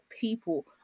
people